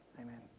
Amen